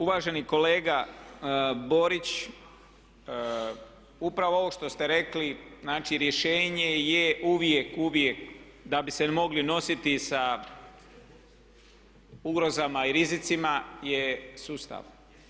Uvaženi kolega Borić, upravo ovo što ste rekli, znači rješenje je uvijek, uvijek da bi se mogli nositi sa ugrozama i rizicima je sustav.